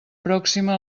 pròxima